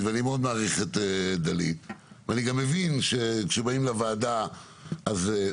אני כבר אומרת שבמקביל לזה אנחנו